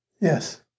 yes